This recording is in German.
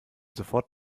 sofort